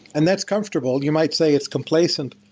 and that's comfortable. you might say it's complacent,